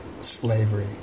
slavery